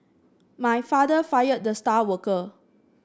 my father fired the star worker